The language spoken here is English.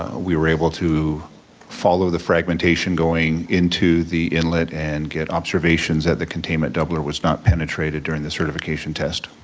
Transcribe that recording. we were able to follow the fragmentation going into the inlet and get observations that the containment doubler was not penetrated during the certification test.